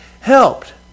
helped